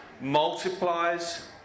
multiplies